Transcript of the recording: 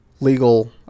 legal